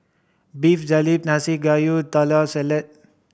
Beef Galbi Nanakusa Gayu Taco Salad